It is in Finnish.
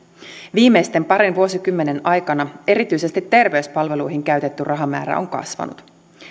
viimeisten parin vuosikymmenen aikana erityisesti terveyspalveluihin käytetty rahamäärä on kasvanut